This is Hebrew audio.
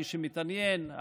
מי שמתעניין,